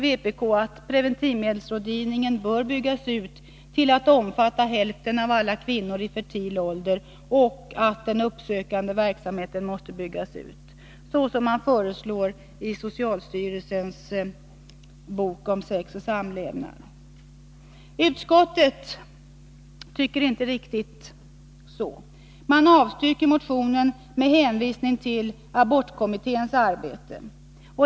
Vpk menar att preventivmedelsrådgivningen bör byggas ut till att omfatta hälften av alla kvinnor i fertil ålder och att den uppsökande verksamheten måste byggas ut, såsom föreslås i socialstyrelsens bok om sex och samlevnad. Utskottet tycker inte riktigt så utan avstyrker motionen med hänvisning till abortkommitténs arbete.